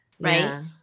right